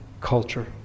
culture